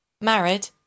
married